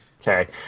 okay